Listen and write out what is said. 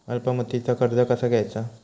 अल्प मुदतीचा कर्ज कसा घ्यायचा?